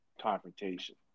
confrontation